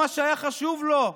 מה שהיה חשוב לו,